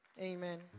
Amen